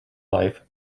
life